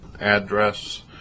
Address